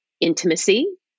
intimacy